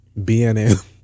BNM